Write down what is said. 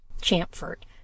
Champfort